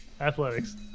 Athletics